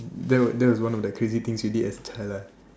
that was that was one of the crazy things you did as a child lah